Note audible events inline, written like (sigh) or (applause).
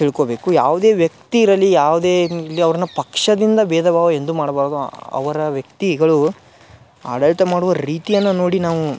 ತಿಳ್ಕೊಬೇಕು ಯಾವುದೇ ವ್ಯಕ್ತಿ ಇರಲಿ ಯಾವುದೇ (unintelligible) ಅವ್ರನ್ನ ಪಕ್ಷದಿಂದ ಬೇಧ ಭಾವ ಎಂದು ಮಾಡಬಾರದು ಅವರ ವ್ಯಕ್ತಿಗಳು ಆಡಳಿತ ಮಾಡುವ ರೀತಿಯನ್ನ ನೋಡಿ ನಾವು